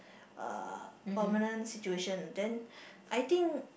uh permanent situation then I think